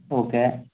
okay